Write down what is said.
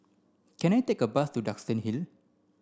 can I take a bus to Duxton Hill